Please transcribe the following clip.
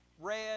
red